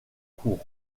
cour